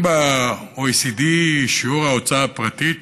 אם ב-OECD שיעור ההוצאה הפרטית